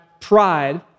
pride